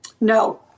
No